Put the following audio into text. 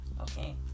okay